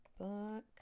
Book